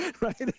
right